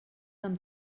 amb